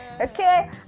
okay